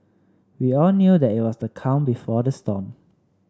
we all knew that it was the calm before the storm